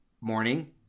morning